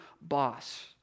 boss